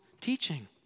teaching